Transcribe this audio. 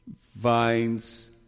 vines